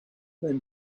then